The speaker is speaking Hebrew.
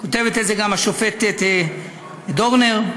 כותבת גם השופטת דורנר.